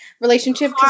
relationship